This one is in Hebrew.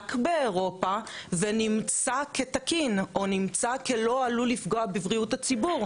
נבדק באירופה ונמצא כתקין או נמצא כלא עלול לפגוע בבריאות הציבור.